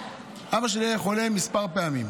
אבא שלי היה חולה כמה פעמים.